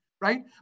right